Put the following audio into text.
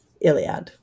Iliad